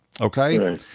okay